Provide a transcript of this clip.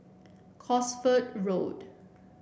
Cosford Road